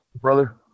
brother